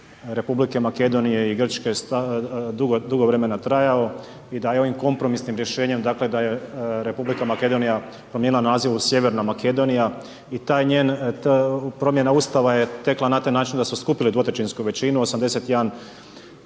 Republike Makedonije i Grčke dugo vremena trajao i da je ovim kompromisnim rješenjem, dakle da je R. Makedonija promijenila naziv u Sjeverna Makedonija i ta njen, promjena Ustava je tekla na taj način da su skupili dvotrećinsku većinu, 81 zastupnik